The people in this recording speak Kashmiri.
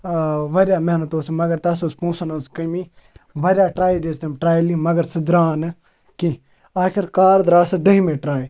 واریاہ محنت اوس مگر تَتھ ٲس پۄنٛسَن ہِنٛز کمی واریاہ ٹرٛاے دِژ تِم ٹرٛایلہِ مگر سُہ درٛاو نہٕ کیٚنٛہہ آخرکار درٛاو سۄ دٔہمہِ ٹرٛاے